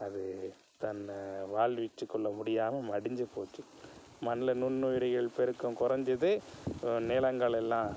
அது தன்ன வாழ்விச்சிக்கொள்ள முடியாமல் மடிஞ்சு போச்சு மண்ணில் நுண்ணுயிரிகள் பெருக்கம் குறஞ்சுது நிலங்கள் எல்லாம்